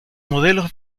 modelos